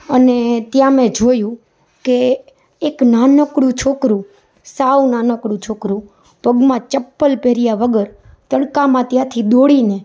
અને ત્યાં મે જોયું કે એક નાનકડું છોકરું સાવ નાનકડું છોકરું પગમાં ચંપલ પહેર્યા વગર તડકામાં ત્યાંથી દોડીને